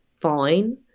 fine